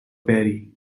barrie